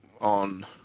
on